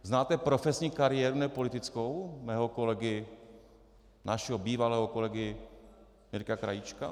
Znáte profesní kariéru, ne politickou, mého kolegy, našeho bývalého kolegy Mirka Krajíčka?